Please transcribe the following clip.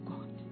God